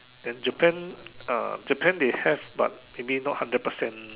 then Japan uh Japan they have but maybe not hundred percent